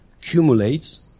accumulates